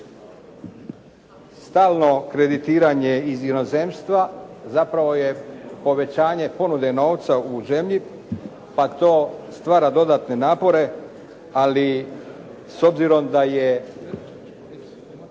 Stalno kreditiranje iz inozemstva zapravo je povećanje ponude novca u zemlji pa to stvara dodatne napore ali s obzirom da je